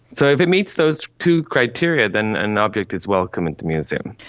so if it meets those two criteria, then an object is welcome at the museum.